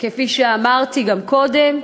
כפי שאמרתי גם קודם,